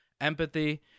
empathy